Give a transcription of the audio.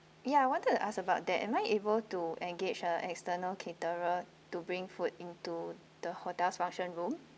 ya I wanted to ask about that am I able to engage ah external caterer to bring food into the hotel's function room